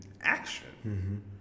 action